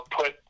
put